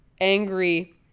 angry